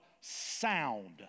sound